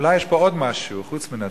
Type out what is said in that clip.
אולי יש פה עוד משהו חוץ מן הצביעות.